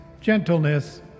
gentleness